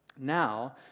Now